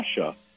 Russia